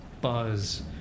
buzz